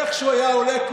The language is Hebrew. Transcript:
איך שהוא היה עולה,